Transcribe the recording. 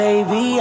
Baby